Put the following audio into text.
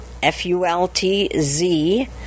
F-U-L-T-Z